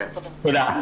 תודה.